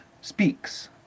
speaks